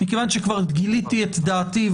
מכיוון שכבר גיליתי את דעתי,